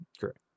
Correct